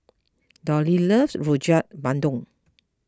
Dollie loves Rojak Bandung